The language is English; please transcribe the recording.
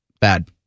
bad